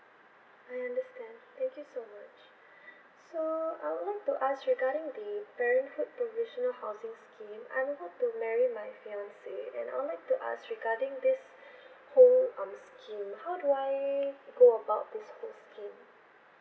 I understand thank you so much so I would to ask regarding the parenthood provisional housing scheme I'm about to marry my fiance and I would like to ask regarding this whole um scheme how do I go about this whole scheme